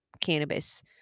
cannabis